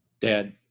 Dad